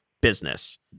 business